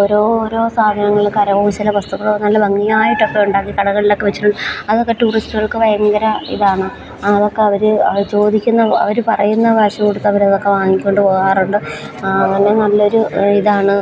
ഓരോ ഓരോ സാധനങ്ങൾ കരകൗശലവസ്തുക്കൾ നല്ല ഭംഗിയായിട്ടൊക്കെ ഉണ്ടാക്കി കടളിലൊക്കെ വെച്ചിട്ട് അതൊക്കെ ടൂറിസ്റ്റുകൾക്ക് ഭയങ്കര ഇതാണ് അതൊക്കെ അവർ ചോദിക്കുന്ന അവർ പറയുന്ന കാശുകൊടുത്തവരതൊക്കെ വാങ്ങിക്കൊണ്ട് പോവാറുണ്ട് അങ്ങനെ നല്ല ഒരു ഇതാണ്